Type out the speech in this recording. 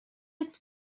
its